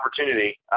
opportunity